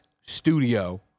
studio